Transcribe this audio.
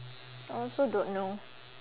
I also don't know